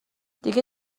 دیگه